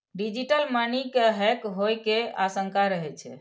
digital money के hack होइ के आशंका रहै छै